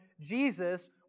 Jesus